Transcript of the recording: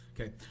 okay